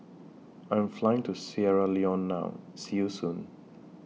I'm Flying to Sierra Leone now See YOU Soon